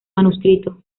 manuscrito